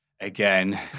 again